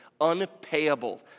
unpayable